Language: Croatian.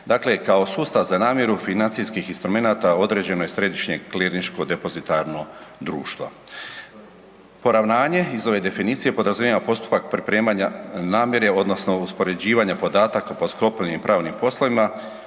dakle kao sustav za namiru financijskih instrumenata određeno je Središnje klirinško depozitarno društvo. Poravnanje iz ove definicije podrazumijeva postupak pripremanja namire odnosno uspoređivanja podataka po sklopljenim pravnim poslovima,